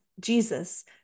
jesus